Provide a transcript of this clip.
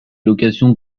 locations